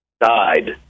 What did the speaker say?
died